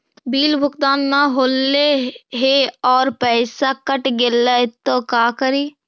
Bill भुगतान न हौले हे और पैसा कट गेलै त का करि?